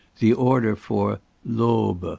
the order for l'aube,